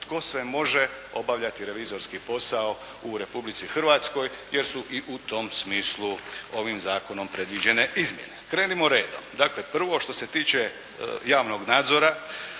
tko sve može obavljati revizorski posao u Republici Hrvatskoj, jer su i u tom smislu ovim zakonom predviđene izmjene. Krenimo redom. Dakle, prvo što se tiče javnog nadzora